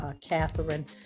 Catherine